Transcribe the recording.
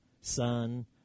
Son